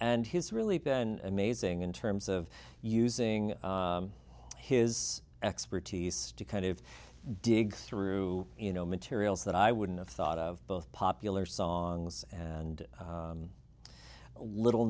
and his really been amazing in terms of using his expertise to kind of dig through you know materials that i wouldn't have thought of both popular songs and little